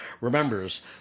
remembers